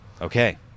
Okay